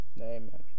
Amen